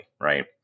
right